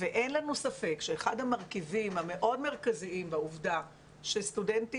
ואין לנו ספק שאחד המרכיבים המאוד מרכזיים בעובדה שסטודנטים